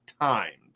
times